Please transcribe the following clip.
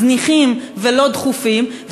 זניחים ולא דחופים,